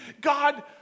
God